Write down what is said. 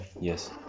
yes